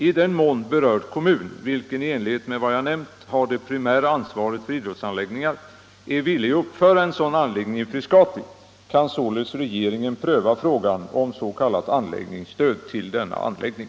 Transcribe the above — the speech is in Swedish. I den mån berörd kommun, vilken i enlighet med vad jag Stockholms nämnt har det primära ansvaret för idrottsanläggningar, är villig att uppuniversitets föra en sådan anläggning i Frescati kan således regeringen pröva frågan = anläggningar i om s.k. anläggningsstöd till denna anläggning.